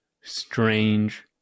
strange